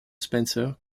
spencer